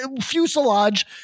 fuselage